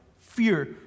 Fear